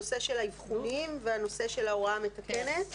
הנושא של האבחונים והנושא של הוראה מתקנת.